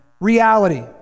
reality